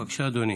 בבקשה, אדוני.